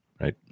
right